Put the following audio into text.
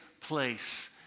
place